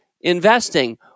investing